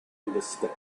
understand